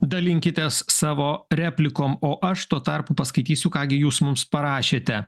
dalinkitės savo replikom o aš tuo tarpu paskaitysiu ką gi jūs mums parašėte